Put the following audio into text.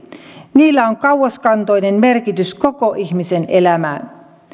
niillä on kauaskantoinen merkitys koko ihmisen elämään